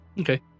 Okay